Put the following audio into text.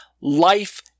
life